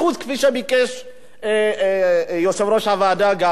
כפי שביקש יושב-ראש הוועדה גפני,